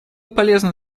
полезно